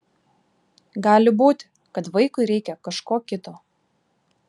gali būti kad vaikui reikia kažko kito